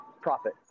profit